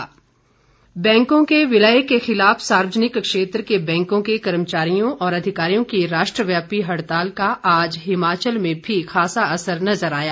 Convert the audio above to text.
हड़ताल बैंकों के विलय के खिलाफ सार्वजनिक क्षेत्र के बैंकों के कर्मचारियों और अधिकारियों की राष्ट्रव्यापी हड़ताल का आज हिमाचल में भी खासा असर नजर आया